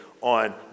on